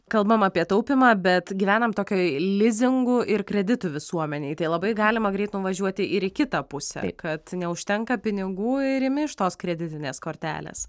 kalbam apie taupymą bet gyvenam tokioj lizingų ir kreditų visuomenėj tai labai galima greit nuvažiuoti ir į kitą pusę kad neužtenka pinigų ir imi iš tos kreditinės kortelės